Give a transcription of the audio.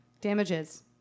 Damages